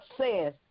says